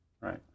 Right